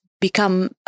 become